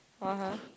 uh-huh